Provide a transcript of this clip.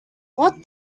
thought